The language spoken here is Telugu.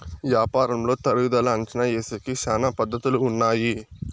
యాపారంలో తరుగుదల అంచనా ఏసేకి శ్యానా పద్ధతులు ఉన్నాయి